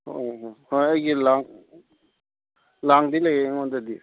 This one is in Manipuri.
ꯍꯣꯏ ꯍꯣꯏ ꯍꯣꯏ ꯑꯩꯒꯤ ꯂꯥꯡ ꯂꯥꯡꯗꯤ ꯂꯩꯌꯦ ꯑꯩꯉꯣꯟꯗꯗꯤ